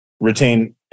retain